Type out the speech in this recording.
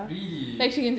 really